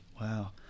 Wow